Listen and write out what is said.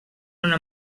una